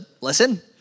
listen